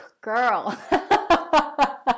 Girl